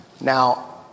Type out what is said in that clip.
Now